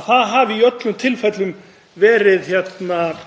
að það hafi í öllum tilfellum verið það